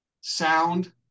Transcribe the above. Sound